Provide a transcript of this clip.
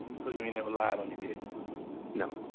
so you ain't never lied on your dick no